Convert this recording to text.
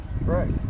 Right